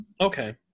Okay